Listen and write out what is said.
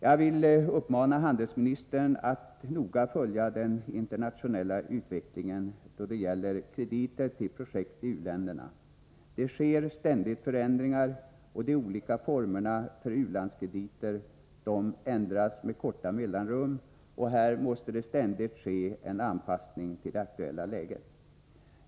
Jag vill uppmana handelsministern att noga följa den internationella utvecklingen då det gäller krediter till projekt i u-länderna. Det sker ständigt förändringar, och de olika formerna för u-landskrediter ändras med korta mellanrum. Här måste det hela tiden ske en anpassning till det aktuella läget.